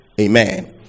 Amen